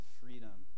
freedom